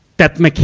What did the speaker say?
that mecha,